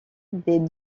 des